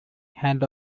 hand